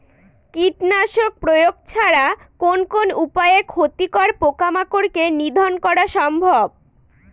কীটনাশক প্রয়োগ ছাড়া কোন কোন উপায়ে ক্ষতিকর পোকামাকড় কে নিধন করা সম্ভব?